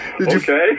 Okay